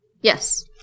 Yes